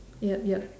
yup yup